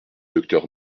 docteur